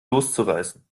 loszureißen